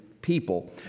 People